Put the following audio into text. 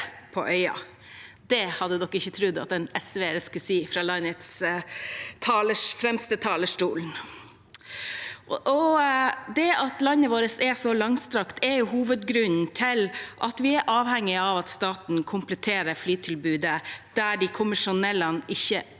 Det hadde man vel ikke trodd at en SVer skulle si fra landets fremste talerstol. Det at landet vårt er så langstrakt, er hovedgrunnen til at vi er avhengige av at staten kompletterer flytilbudet der de kommersielle aktørene